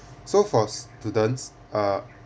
so for students uh